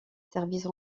service